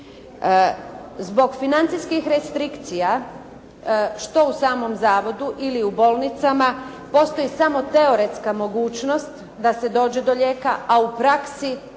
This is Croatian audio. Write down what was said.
Zbog financijskih restrikcija što u samom zavodu ili u bolnicama postoji samo teoretska mogućnost da se dođe do lijeka, a u praksi to